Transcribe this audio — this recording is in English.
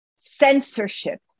Censorship